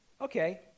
Okay